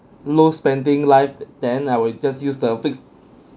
low spending lived then I will just use the fixed